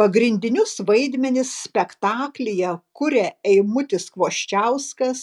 pagrindinius vaidmenis spektaklyje kuria eimutis kvoščiauskas